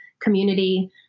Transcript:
community